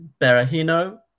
Berahino